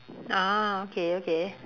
ah okay okay